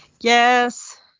Yes